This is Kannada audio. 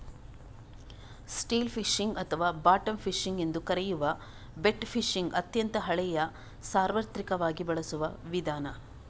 ಸ್ಟಿಲ್ ಫಿಶಿಂಗ್ ಅಥವಾ ಬಾಟಮ್ ಫಿಶಿಂಗ್ ಎಂದೂ ಕರೆಯುವ ಬೆಟ್ ಫಿಶಿಂಗ್ ಅತ್ಯಂತ ಹಳೆಯ ಸಾರ್ವತ್ರಿಕವಾಗಿ ಬಳಸುವ ವಿಧಾನ